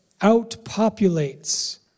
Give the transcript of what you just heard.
outpopulates